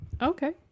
Okay